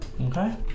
okay